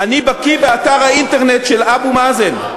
אני בקי באתר האינטרנט של אבו מאזן,